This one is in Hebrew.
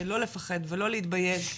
לא לפחד ולא להתבייש,